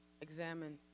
examine